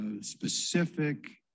specific